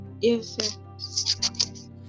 yes